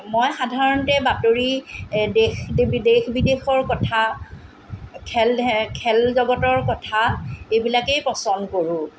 মই সাধাৰণতে বাতৰি এই দেশ বিদেশৰ কথা খেল খেল জগতৰ কথা এইবিলাকেই পচন্দ কৰোঁ